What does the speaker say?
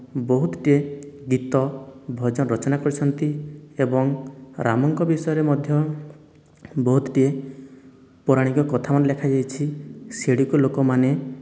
ବହୁତଟିଏ ଗୀତ ଭଜନ ରଚନା କରିଛନ୍ତି ଏବଂ ରାମଙ୍କ ବିଷୟରେ ମଧ୍ୟ ବହୁତଟିଏ ପୌରାଣିକ କଥା ମଧ୍ୟ ଲେଖାଯାଇଛି ସେଗୁଡ଼ିକୁ ଲୋକମାନେ